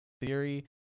theory